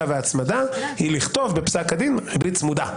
והצמדה היא לכתוב בפסק הדין "ריבית צמודה".